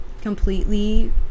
completely